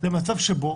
למצב שבו